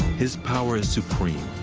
his power is supreme,